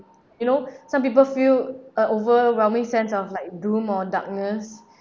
you know some people feel uh overwhelming sense of like doom or darkness